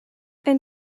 and